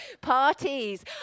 Parties